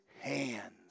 hands